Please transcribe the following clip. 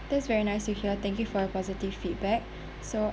that's very nice to hear thank you for your positive feedback so